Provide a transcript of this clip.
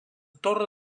torre